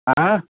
آں